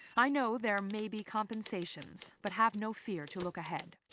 i know there may be compensations, but have no fear to look ahead.